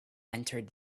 entered